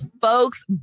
folks